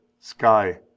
sky